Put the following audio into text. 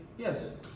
Yes